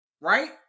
right